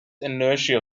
inertia